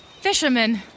Fisherman